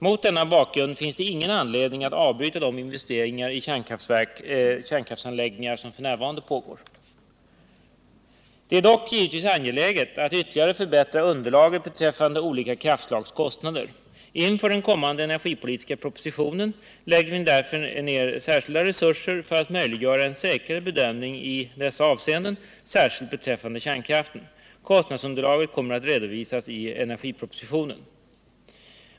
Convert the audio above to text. Mot denna bakgrund finns det ingen anledning att avbryta de investeringar i kärnkraftsanläggningar som f. n. pågår. Det är dock givetvis angeläget att ytterligare förbättra underlaget beträffande olika kraftslags kostnader. Inför den kommande energipolitiska propositionen lägger vi därför ned särskilda resurser för att möjliggöra en säkrare bedömning i dessa avseenden, särskilt beträffande kärnkraften. Kostnadsunderlaget kommer att redovisas i energipropositionen.